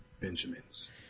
Benjamins